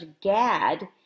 Gad